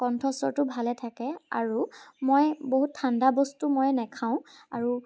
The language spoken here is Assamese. কণ্ঠস্বৰটো ভালে থাকে আৰু মই বহুত ঠাণ্ডা বস্তু মই নেখাওঁ আৰু